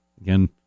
again